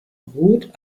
rot